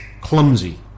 clumsy